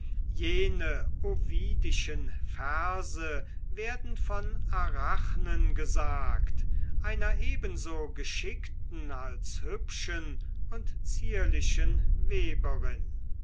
jene ovidischen verse werden von arachnen gesagt einer ebenso geschickten als hübschen und zierlichen weberin